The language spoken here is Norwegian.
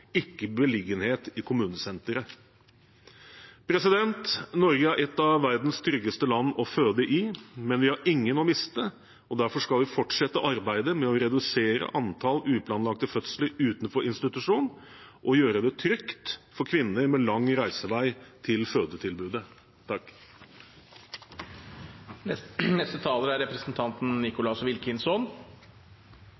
ikke beliggenhet i kommunesenteret. Norge er et av verdens tryggeste land å føde i, men vi har ingen å miste. Derfor skal vi fortsette arbeidet med å redusere antallet uplanlagte fødsler utenfor institusjon og gjøre det trygt for kvinner med lang reisevei til fødetilbudet. Jeg fremmer vårt forslag. Representanten